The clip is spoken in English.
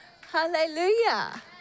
Hallelujah